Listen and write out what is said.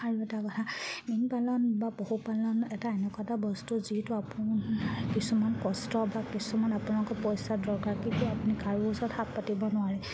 আৰু এটা কথা মীন পালন বা পশুপালন এটা এনেকুৱা এটা বস্তু যিহেতু আপুনি কিছুমান কষ্ট বা কিছুমান আপোনালোকৰ পইচা দৰকাৰ কি কি আপুনি কাৰোবাক হাত পাতিব নোৱাৰে